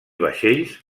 vaixells